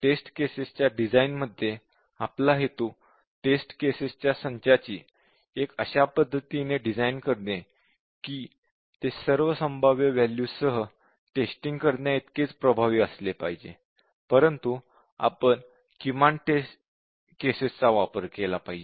taste cases च्या डिझाइनमध्ये आपला हेतू टेस्ट केसेसच्या संचाची अशा पद्धतीने डिझाईन करणे कि ते सर्व संभाव्य वॅल्यूजसह टेस्टिंग करण्याइतकेच प्रभावी असले पाहिजे परंतु आपण किमान टेस्ट केसेसचा वापर केला पाहिजे